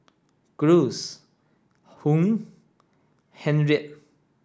Cruz Hung Henriette